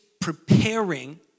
preparing